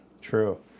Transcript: true